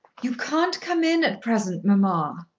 you can't come in at present, mamma.